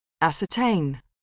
Ascertain